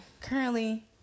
Currently